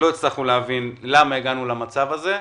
לא הצלחנו להבין למה הגענו למצב הזה.